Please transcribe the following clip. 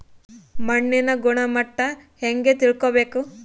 ಮಣ್ಣಿನ ಗುಣಮಟ್ಟ ಹೆಂಗೆ ತಿಳ್ಕೊಬೇಕು?